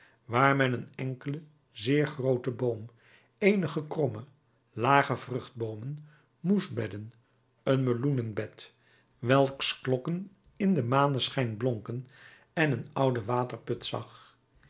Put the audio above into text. waar men een enkelen zeer grooten boom eenige kromme lage vruchtboomen moesbedden een meloenenbed welks klokken in den maneschijn blonken en een ouden waterput zag